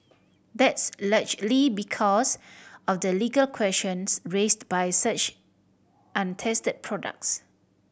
that's largely because of the legal questions raised by such untested products